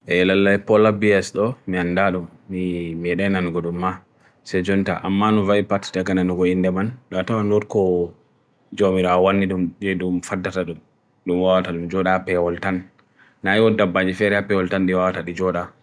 E lalai pola B.S. though, me andadu, me dainan gudu ma, se jwanta ammanu vai pats tekanan gudu inde man. Dato anur ko jomirawan idum fadatadu, numawatadu, joda api wal tan. Naye woda bhajifere api wal tan diwata di joda.